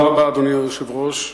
אדוני היושב-ראש,